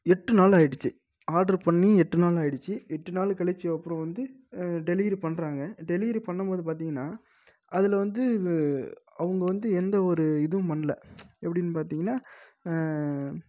எட்டு நாள் ஆகிடுச்சி ஆர்டர் பண்ணி எட்டு நாள் ஆகிடுச்சி எட்டு நாள் கழித்து அப்புறம் வந்து டெலிவரி பண்றாங்க டெலிவரி பண்ணும்போது பார்த்திங்கனா அதில் வந்து அவங்க வந்து எந்த ஒரு இதுவும் பண்ணலை எப்படின்னு பார்த்திங்கனா